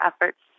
efforts